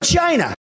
China